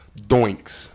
Doinks